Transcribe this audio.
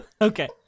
Okay